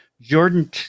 Jordan